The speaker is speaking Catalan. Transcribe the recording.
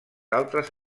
altres